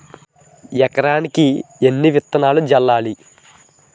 ఎకరానికి ఎన్ని విత్తనాలు చల్లాలి?